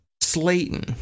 Slayton